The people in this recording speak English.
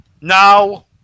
Now